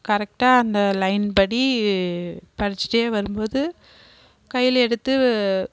கரெக்டாக அந்த லைன் படி படிச்சிகிட்டே வரும் போது கையில் எடுத்து